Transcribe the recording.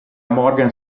morgan